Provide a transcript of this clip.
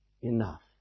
enough